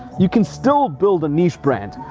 you can still build a niche brand.